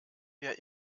mir